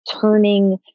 turning